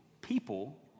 people